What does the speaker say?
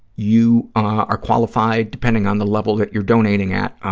you are qualified, depending on the level that you're donating at,